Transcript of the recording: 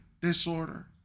disorder